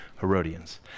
Herodians